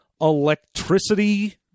electricity